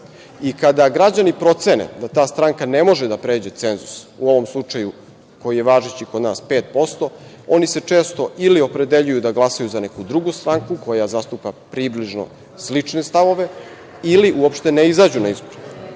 Kada građani procene da ta stranka ne može da pređe cenzus, u ovom slučaju koji je važeći kod nas 5%, oni se često ili opredeljuju da glasaju za neku drugu stranku koja zastupa približno slične stavove ili uopšte ne izađu na izbore.